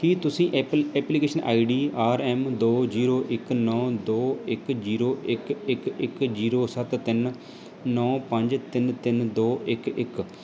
ਕੀ ਤੁਸੀਂ apple application I D R M ਦੋ zero ਇੱਕ ਨੌ ਦੋ ਇੱਕ ਜੀਰੋ ਇੱਕ ਇੱਕ ਇੱਕ ਜੀਰੋ ਸੱਤ ਤਿੰਨ ਨੌ ਪੰਜ ਤਿੰਨ ਤਿੰਨ ਦੋ ਇੱਕ ਇੱਕ